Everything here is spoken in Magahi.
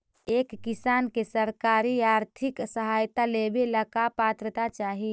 एक किसान के सरकारी आर्थिक सहायता लेवेला का पात्रता चाही?